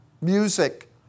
music